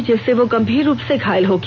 ॅजिससे वह गंभीर रूप से घायल हो गया